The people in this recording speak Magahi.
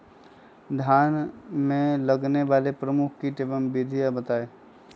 धान में लगने वाले प्रमुख कीट एवं विधियां बताएं?